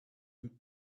him